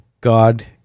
God